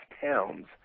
Towns